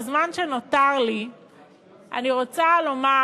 בזמן שנותר לי אני רוצה לומר,